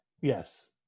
Yes